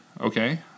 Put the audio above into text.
Okay